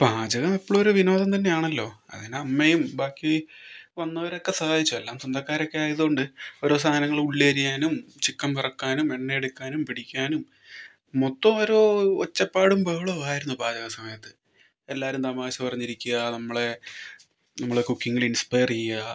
പാചകം എപ്പോഴും ഒരു വിനോദം തന്നെ ആണല്ലോ അതിനമ്മയും ബാക്കി വന്നവരൊക്കെ സഹായിച്ചു എല്ലാം സ്വന്തക്കാരൊക്കെ ആയത് കൊണ്ട് ഓരോ സാധനങ്ങൾ ഉള്ളി അരിയാനും ചിക്കൻ വറുക്കാനും എണ്ണ എടുക്കാനും പിടിക്കാനും മൊത്തം ഓരോ ഒച്ചപ്പാടും ബഹളവും ആയിരുന്നു പാചക സമയത്ത് എല്ലാവരും തമാശ പറഞ്ഞിരിക്കുക നമ്മളെ നമ്മളെ കുക്കിങ്ങിൽ ഇൻസ്പയർ ചെയ്യുക